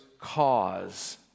cause